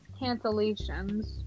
cancellations